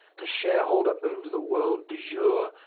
the shareholder owns the world de jure,